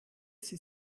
sie